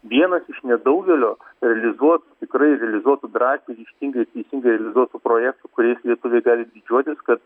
vienas iš nedaugelio realizuotų tikrai realizuotų drąsiai ryžtingai ir teisingai realizuotų projektų kuriais lietuviai gali didžiuotis kad